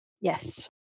yes